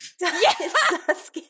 Yes